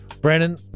Brandon